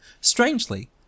Strangely